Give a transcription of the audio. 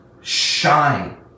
shine